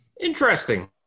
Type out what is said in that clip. interesting